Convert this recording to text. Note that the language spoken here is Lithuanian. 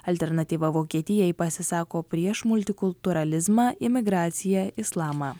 alternatyva vokietijai pasisako prieš multikultūralizmą imigraciją islamą